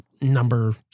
number